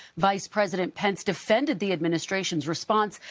vice president pence defended the administration's response,